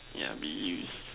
yeah be use